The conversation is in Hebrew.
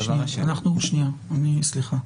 שנייה, סליחה.